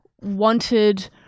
wanted